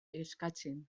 eskatzen